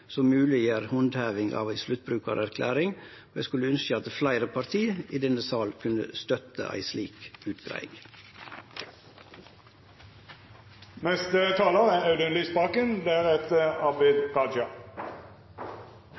som gjer handheving av ei slik sluttbrukarerklæring mogleg. Eg skulle ynskje at fleire parti i denne sal kunne støtte ei slik